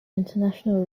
international